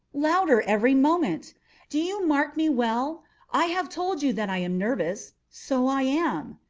louder every moment do you mark me well i have told you that i am nervous so i am.